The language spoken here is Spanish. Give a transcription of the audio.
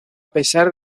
pesar